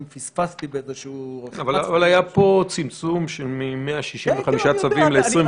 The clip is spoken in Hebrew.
אם פספסתי באיזה שהוא --- אבל היה פה צמצום מ-165 צווים ל-21.